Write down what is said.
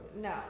No